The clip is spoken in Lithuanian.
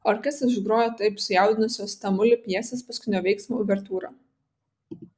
orkestras užgrojo taip sujaudinusios tamulį pjesės paskutinio veiksmo uvertiūrą